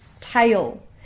Tail